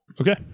okay